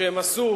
שהם עשו